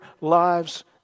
lives